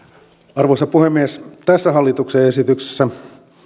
arvoisa puhemies tässä hallituksen esityksessä